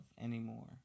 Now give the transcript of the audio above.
anymore